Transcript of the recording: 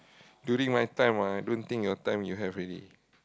during my time ah I don't think your time you have already